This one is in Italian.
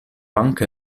anche